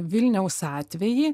vilniaus atvejį